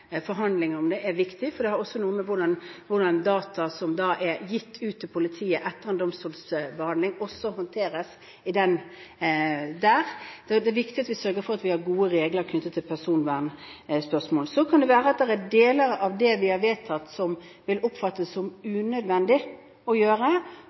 om det, er viktig, for det har også noe å gjøre med hvordan data som er gitt ut til politiet etter en domstolsbehandling, håndteres der. Det er viktig at vi sørger for at vi har gode regler knyttet til personvernspørsmål. Så kan det være at det er deler av det vi har vedtatt som vil oppfattes som